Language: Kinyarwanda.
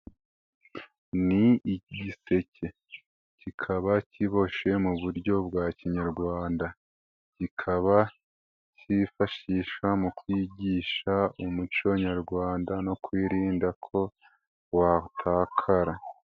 Ni igiseke, kikaba kiboshye mu buryo bwa kinyarwanda, kikaba cyifashishwa mu kwigisha umuco nyarwanda no kwirinda ko watakara.